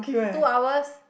two hours